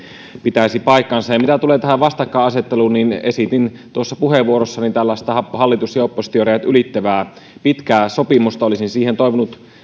pitäisi paikkansa ja mitä tulee tähän vastakkainasetteluun niin esitin tuossa puheenvuorossani tällaista hallitus ja oppositiorajat ylittävää pitkää sopimusta olisin siihen toivonut